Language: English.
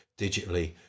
digitally